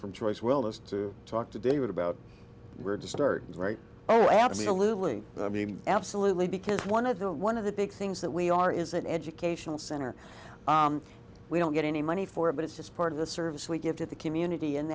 as to talk to david about where to start right oh absolutely absolutely because one of the one of the big things that we are is an educational center we don't get any money for it but it's just part of the service we give to the community and